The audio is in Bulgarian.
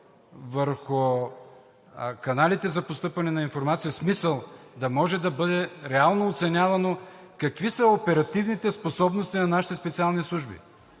върху каналите за постъпване на информация, в смисъл да може да бъде реално оценявано какви са оперативните способности на нашите специални служби.